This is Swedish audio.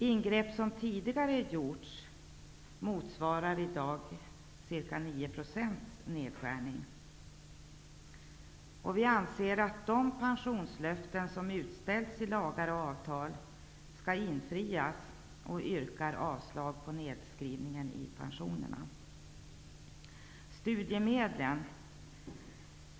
Ingrepp som tidigare gjorts motsvarar ungefär en 9 procentig nedskärning i dag. Vi anser att de pensionslöften som utställts i lagar och avtal bör infrias och yrkar avslag på förslaget om nedskrivning av pensionerna. Så några ord om studiemedlen.